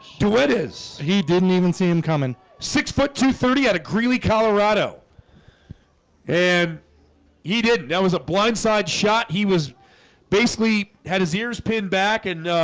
do it is he didn't even see him coming six-foot to thirty at a greeley, colorado and he did that was a blindside shot. he was basically had his ears pinned back and